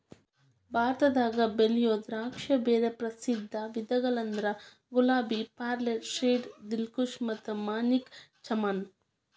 ಭಾರತದಾಗ ಬೆಳಿಯೋ ದ್ರಾಕ್ಷಿಯ ಬ್ಯಾರೆ ಪ್ರಸಿದ್ಧ ವಿಧಗಳಂದ್ರ ಗುಲಾಬಿ, ಪರ್ಲೆಟ್, ಶೇರ್ಡ್, ದಿಲ್ಖುಷ್ ಮತ್ತ ಮಾಣಿಕ್ ಚಮನ್